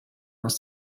aus